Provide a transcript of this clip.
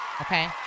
okay